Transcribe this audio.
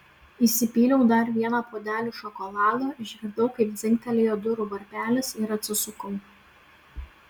įsipyliau dar vieną puodelį šokolado išgirdau kaip dzingtelėjo durų varpelis ir atsisukau